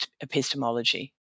epistemology